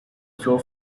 floor